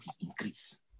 increase